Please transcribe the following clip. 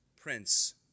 Prince